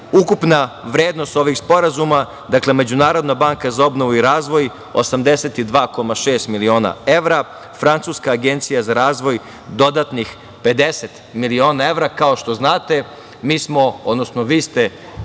strane. Vrednost ovih sporazuma - Međunarodna banka za obnovu i razvoj, 82,6 miliona evra i Francuska agencija za razvoj dodatnih 50 miliona evra. Kao što znate, vi ste